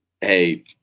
Hey